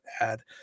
add